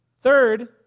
Third